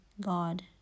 God